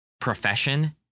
profession